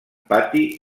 pati